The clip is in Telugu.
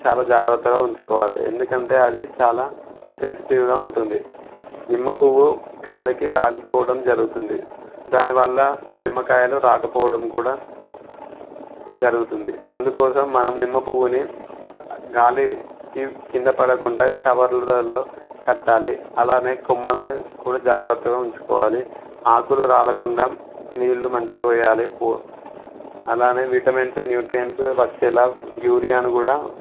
చాలా జాగ్రత్తగా ఉంచుకోవాలి ఎందుకంటే అది చాలా సెన్సిటివ్గా ఉంటుంది నిమ్మ పువ్వు గాలికి రాలిపోవడం జరుగుతుంది దానివల్ల నిమ్మకాయలు రాకపోవడం కూడా జరుగుతుంది అందుకోసం మనం నిమ్మ పువ్వుని గాలి కి కింద పడకుండా కవర్లలో కట్టాలి అలానే కొమ్మలని కూడా జాగ్రత్తగా ఉంచుకోవాలి ఆకులు రాలకుండా నీళ్లు మంచిగా వెయ్యాలి పువ్వు అలానే విటమిన్స్ న్యూట్రియన్స్ వచ్చేలా యూరియాని కూడా